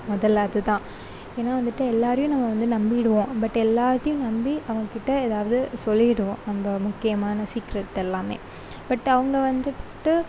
முதல்ல அதுதான் ஏன்னால் வந்துட்டு எல்லோரையும் நம்ம வந்து நம்பிடுவோம் பட் எல்லாத்தையும் நம்பி விடுவோம் ரொம்ப முக்கியமான சீக்ரெட் எல்லாமே பட் அவங்க வந்துட்டு